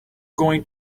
going